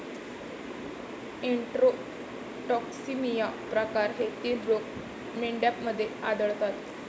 enterotoxaemia प्रकार हे तीन रोग मेंढ्यांमध्ये आढळतात